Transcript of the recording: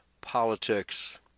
politics